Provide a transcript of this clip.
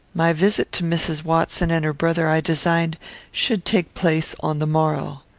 my visit to mrs. watson and her brother i designed should take place on the morrow.